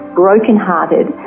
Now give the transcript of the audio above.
brokenhearted